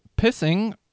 pissing